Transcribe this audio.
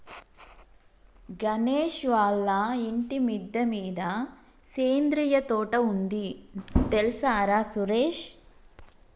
గణేష్ వాళ్ళ ఇంటి మిద్దె మీద సేంద్రియ తోట ఉంది తెల్సార సురేష్